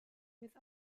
with